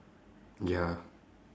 ya